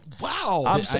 Wow